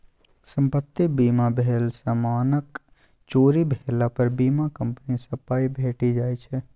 संपत्ति बीमा भेल समानक चोरी भेला पर बीमा कंपनी सँ पाइ भेटि जाइ छै